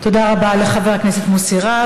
תודה רבה לחבר הכנסת מוסי רז.